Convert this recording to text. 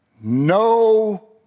no